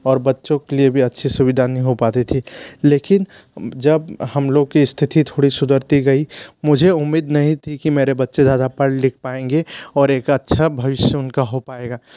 और बच्चों के लिए भी अच्छी सुविधा नहीं हो पाती थी लेकिन जब हम लोग की स्थिति थोड़ी सुधरती गई मुझे उम्मीद नहीं थी कि मेरे बच्चे ज़्यादा पढ़ लिख पाएंगे और एक अच्छा भविष्य उनका हो पाएगा